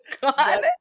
God